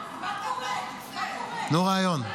תנו רעיון.